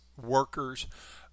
workers